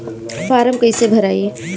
Form कईसे भराई?